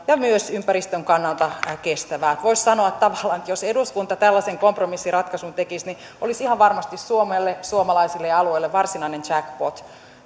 ja myös ympäristön kannalta kestävää voisi sanoa tavallaan että jos eduskunta tällaisen kompromissiratkaisun tekisi se olisi ihan varmasti suomelle suomalaisille ja alueille varsinainen jackpot